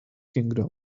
kingdom